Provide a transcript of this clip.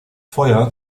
feuer